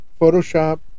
Photoshop